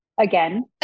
again